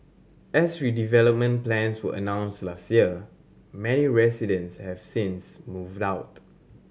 as redevelopment plans were announced last year many residents have since moved out